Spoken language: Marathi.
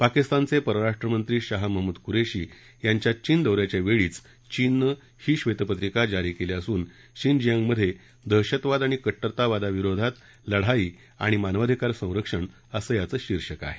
पाकिस्तानचे परराष्ट्रमंत्री शाह महमूद कुरेशी यांच्या चीन दौऱ्याच्या वेळीच चीननं ही बेतपत्रिका जारी केली असून शिनजियांगमध्ये दहशतवाद आणि कट्टरवादाविरोधात लढाई आणि मानवाधिकार संरक्षण असं याचं शीर्षक आहे